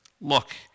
look